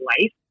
life